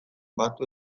batu